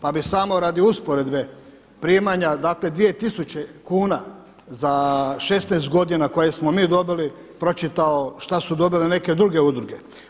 Pa bi samo radi usporedbe primanja dakle dvije tisuće kuna za 16 godina koje smo mi dobili pročitao šta su dobile neke druge udruge.